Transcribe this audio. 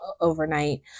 overnight